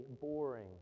boring